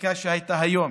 לחקיקה שהייתה היום,